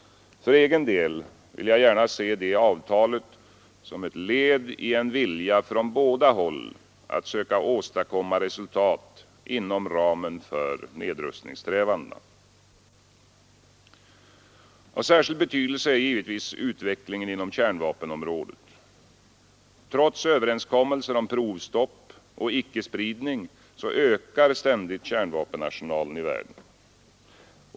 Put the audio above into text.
För egen del vill jag gärna se det avtalet som ett led i en vilja från båda håll att söka åstadkomma resultat inom ramen för nedrustningssträvandena. Av särskild betydelse är givetvis utvecklingen inom kärnvapenområdet. Trots överenskommelser om provstopp och icke-spridning ökar ständigt kärnvapenarsenalen i världen.